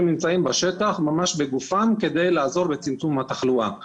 נמצאים בשטח ממש בגופם כדי לעזור בצמצום התחלואה.